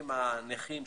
נכים,